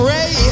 Ray